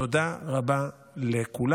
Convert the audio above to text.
תודה רבה לכולם,